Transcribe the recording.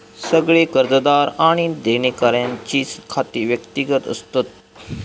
सगळे कर्जदार आणि देणेकऱ्यांची खाती व्यक्तिगत असतत